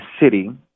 city